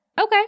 Okay